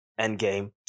endgame